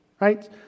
Right